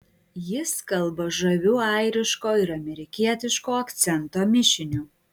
jis kalba žaviu airiško ir amerikietiško akcento mišiniu